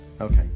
Okay